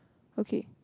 okay